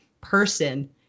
person